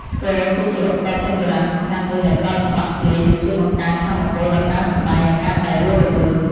ស្គរ គឺជាឧបករណ៍ភ្លេងបុរាណសំខាន់មួយ ដែលផ្តល់ចង្វាក់ភ្លេង និងជួយបង្កើនថាមពលដល់ការសម្តែងឲ្យកាន់តែរស់រវើក។